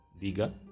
bigger